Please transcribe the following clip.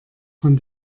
von